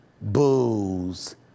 Booze